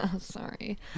Sorry